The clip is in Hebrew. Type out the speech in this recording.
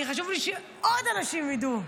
חשוב לי שעוד אנשים ידעו.